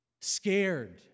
scared